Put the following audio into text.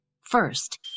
First